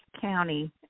County